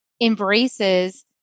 embraces